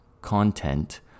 content